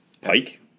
pike